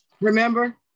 Remember